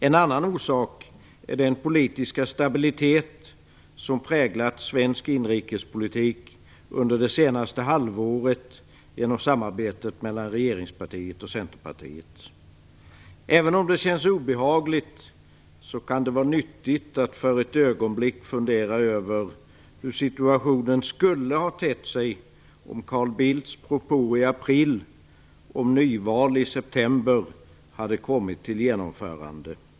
En annan orsak är den politiska stabilitet som präglat svensk inrikespolitik under det senaste halvåret genom samarbetet mellan regeringspartiet och Centerpartiet. Även om det känns obehagligt kan det vara nyttigt att för ett ögonblick fundera över hur situationen skulle ha tett sig om Carl Bildts propå i april om nyval i september hade kommit till genomförande.